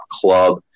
club